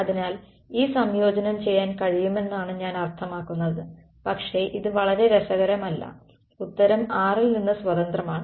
അതിനാൽ ഈ സംയോജനം ചെയ്യാൻ കഴിയുമെന്നാണ് ഞാൻ അർത്ഥമാക്കുന്നത് പക്ഷേ ഇത് വളരെ രസകരമല്ല ഉത്തരം r ൽ നിന്ന് സ്വതന്ത്രമാണ്